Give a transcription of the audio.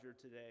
today